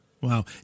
Wow